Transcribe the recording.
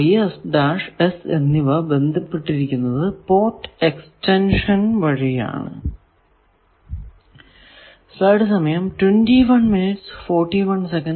ഈ S എന്നിവ ബന്ധപ്പെട്ടിരിക്കുന്നത് പോർട്ട് എക്സ്റ്റൻഷൻ വഴി ആണ്